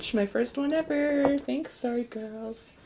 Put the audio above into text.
my first one ever and thanks sorry girls